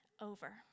over